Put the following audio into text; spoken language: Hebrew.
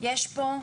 יש פה,